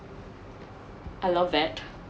I loved it